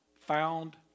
found